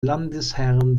landesherren